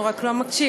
הוא רק לא מקשיב,